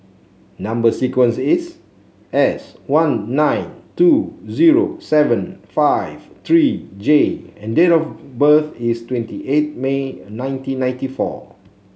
number sequence is S one nine two zero seven five three J and date of birth is twenty eight May nineteen ninety four